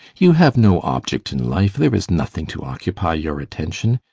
you have no object in life there is nothing to occupy your attention,